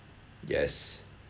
yes